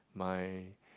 my